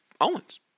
Owens